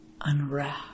unwrap